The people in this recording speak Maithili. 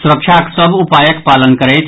सुरक्षाक सभ उपायक पालन करैथ